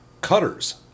cutters